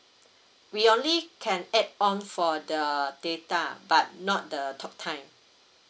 we only can add on for the data but not the talk time